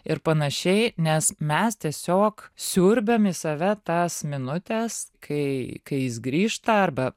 ir panašiai nes mes tiesiog siurbiam į save tas minutes kai kai jis grįžta arba